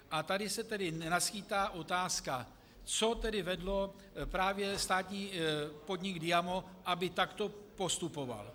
A tady se tedy naskýtá otázka, co vedlo právě státní podnik Diamo, aby takto postupoval.